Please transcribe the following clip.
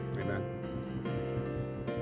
amen